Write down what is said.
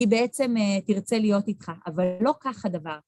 ‫היא בעצם תרצה להיות איתך, ‫אבל לא כך הדבר.